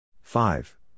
Five